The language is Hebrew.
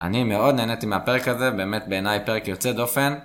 אני מאוד נהניתי מהפרק הזה, באמת בעיניי פרק יוצא דופן.